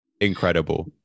incredible